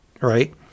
right